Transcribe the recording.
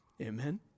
Amen